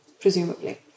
presumably